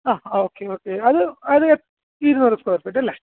ആ okay okay അത് അത് ഇരുന്നൂറ് സ്കൊയർ ഫീറ്റല്ലേ